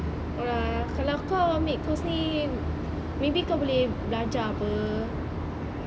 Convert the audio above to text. oh lah kalau kau ambil course ni maybe kau boleh belajar apa